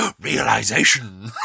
Realization